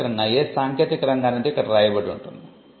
ఆవిష్కరణ ఏ సాంకేతిక రంగానిదో ఇక్కడ రాయబడి ఉంటుంది